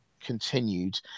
continued